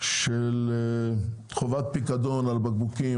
של חובת פיקדון על בקבוקים,